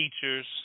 teachers